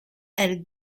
elle